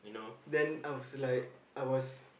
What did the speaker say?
then I was like I was